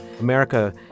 America